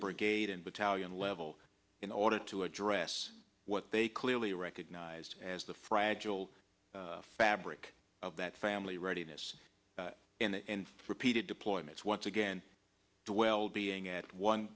brigade and battalion level in order to address what they clearly recognized as the fragile fabric of that family readiness and repeated deployments once again the well being at one